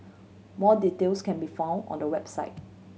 more details can be found on the website